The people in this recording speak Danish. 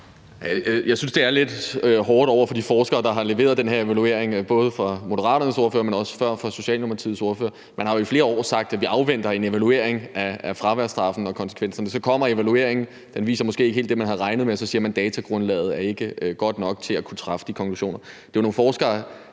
Jeg synes, at det er lidt hårdt over for de forskere, der har leveret den her evaluering, både fra Moderaternes ordfører, men også før fra Socialdemokratiets ordfører. Man har jo i flere år sagt, at vi afventer en evaluering af fraværsstraffen og konsekvenserne. Så kommer i evalueringen. Den viser måske ikke helt det, man har regnet med, og så siger man, at datagrundlaget ikke er godt nok til at kunne drage de konklusioner. Det er jo nogle forskere,